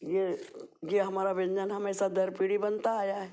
ये ये हमारा व्यंजन हमेशा दर पीढ़ी बनता आया है